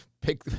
pick